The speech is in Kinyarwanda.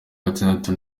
gatatu